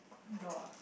door ah